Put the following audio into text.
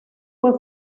fue